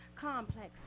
complex